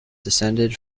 descended